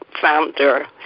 founder